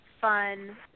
Fun